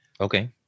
Okay